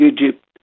Egypt